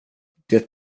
det